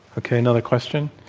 okay. another question.